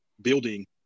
building